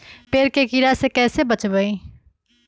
पेड़ के कीड़ा से कैसे बचबई?